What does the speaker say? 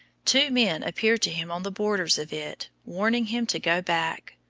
two men appeared to him on the borders of it, warning him to go back,